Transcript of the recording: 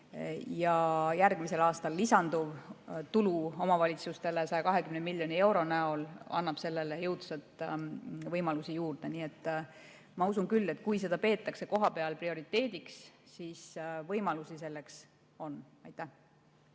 Ja järgmisel aastal lisanduv tulu omavalitsustele 120 miljoni euro näol annab selleks jõudsalt võimalusi juurde. Ma usun küll, et kui seda peetakse kohapeal prioriteediks, siis võimalusi selleks on. Helmen